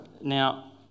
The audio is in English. Now